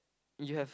you have